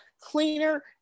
cleaner